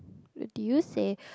what do you say